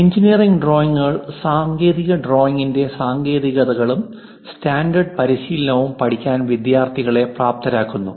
engineering ഡ്രോയിംഗുകൾ സാങ്കേതിക ഡ്രോയിംഗിന്റെ സാങ്കേതികതകളും സ്റ്റാൻഡേർഡ് പരിശീലനവും പഠിക്കാൻ വിദ്യാർത്ഥികളെ പ്രാപ്തരാക്കുന്നു